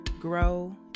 grow